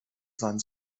sein